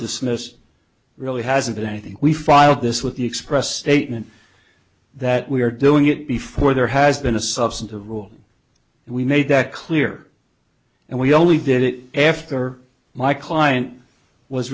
dismiss really hasn't been i think we filed this with the express statement that we are doing it before there has been a substantive rule and we made that clear and we only did it after my client was